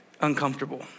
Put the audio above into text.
uncomfortable